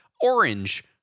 orange